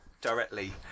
directly